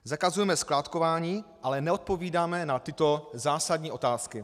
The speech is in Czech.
Zakazujeme skládkování, ale neodpovídáme na tyto zásadní otázky.